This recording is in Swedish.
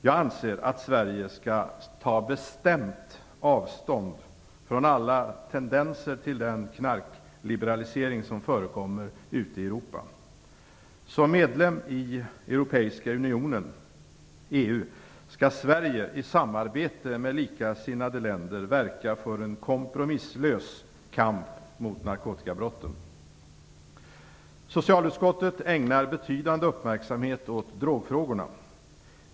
Jag anser att Sverige skall ta bestämt avstånd från alla tendenser till den knarkliberalisering som förekommer ute i Europa. Som medlem i Europeiska unionen - EU - skall Sverige i samarbete med likasinnade länder verka för en kompromisslös kamp mot narkotikabrotten. Socialutskottet ägnar betydande uppmärksamhet åt drogfrågorna.